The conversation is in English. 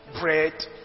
bread